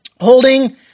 holding